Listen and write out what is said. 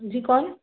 जी कौन